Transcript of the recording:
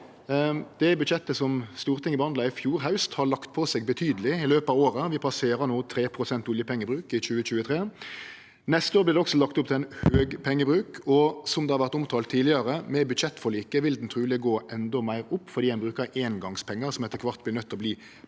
Det budsjettet som Stortinget behandla i fjor haust, har lagt på seg betydeleg i løpet av året. Vi passerer no 3 pst. oljepengebruk i 2023. Neste år vert det også lagt opp til ein høg pengebruk, og som det har vore omtalt tidlegare, med budsjettforliket vil han truleg gå endå meir opp, fordi ein brukar eingongspengar som etter kvart er nøydde til å verte